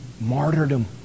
martyrdom